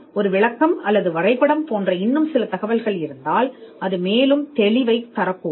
ஒரு விளக்கம் அல்லது வரைதல் போன்ற இன்னும் சில தகவல்கள் இருந்தால் அது மேலும் தெளிவை சேர்க்கலாம்